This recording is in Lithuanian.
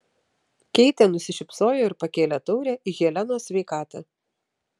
keitė nusišypsojo ir pakėlė taurę į helenos sveikatą